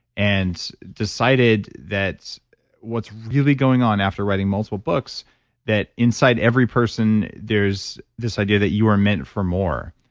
and decided that what's really going on after writing multiple books that inside every person there's this idea that you are meant for more.